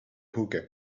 hookah